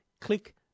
click